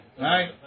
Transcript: Right